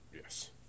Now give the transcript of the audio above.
Yes